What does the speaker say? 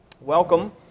Welcome